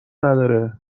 نداره